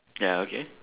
ya okay